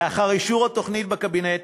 לאחר אישור התוכנית בקבינט